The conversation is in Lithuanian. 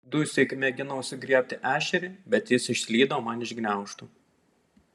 dusyk mėginau sugriebti ešerį bet jis išslydo man iš gniaužtų